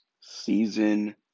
season